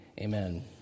Amen